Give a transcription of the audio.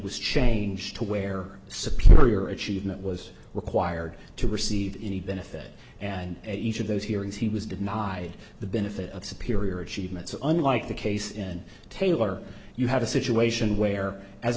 was changed to where superior achievement was required to receive any benefit and each of those hearings he was denied the benefit of superior achievements unlike the case in taylor you have a situation where as